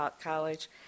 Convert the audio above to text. College